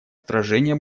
отражение